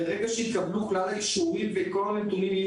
ברגע שיתקבלו כלל האישורים וכל הנתונים יהיו